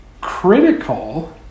critical